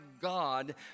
god